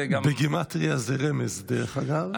אגב, זה גם, בגימטרייה זה רמז, דרך אגב.